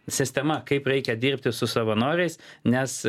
sistema kaip reikia dirbti su savanoriais nes